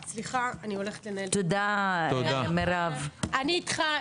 סליחה, אני הולכת לנהל את ועדת ביקורת.